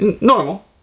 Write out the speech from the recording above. Normal